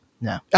No